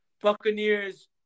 Buccaneers